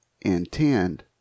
intend